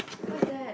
what's that